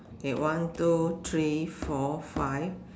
okay one two three four five